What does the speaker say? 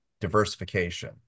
diversification